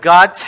God